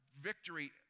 victory